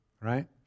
right